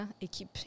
Équipe